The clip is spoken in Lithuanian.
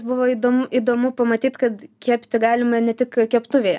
buvo įdomu įdomu pamatyt kad kepti galima ne tik keptuvėje